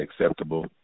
acceptable